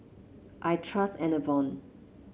I trust Enervon